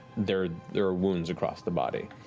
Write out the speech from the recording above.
there there are wounds across the body.